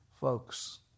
Folks